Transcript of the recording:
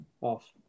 Off